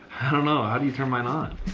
know. how do you turn mine on?